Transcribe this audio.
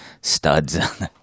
studs